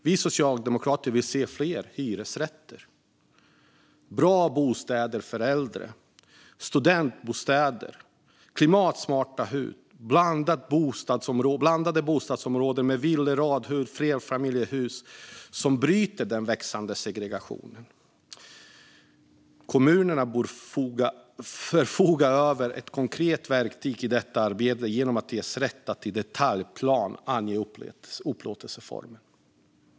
Vi socialdemokrater vill se fler hyresrätter, bra bostäder för äldre, studentbostäder, klimatsmarta hus och blandade bostadsområden med villor, radhus och flerfamiljshus som bryter den växande segregationen. Kommunerna bör förfoga över ett konkret verktyg i detta arbete genom att ges rätt att i detaljplan ange upplåtelseform.